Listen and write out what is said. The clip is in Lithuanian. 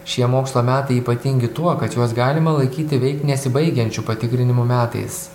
šie mokslo metai ypatingi tuo kad juos galima laikyti veik nesibaigiančių patikrinimų metais